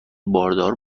باردار